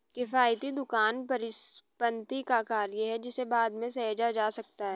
किफ़ायती दुकान परिसंपत्ति का कार्य है जिसे बाद में सहेजा जा सकता है